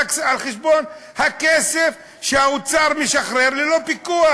על חשבון הכסף שהאוצר משחרר ללא פיקוח.